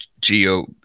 geo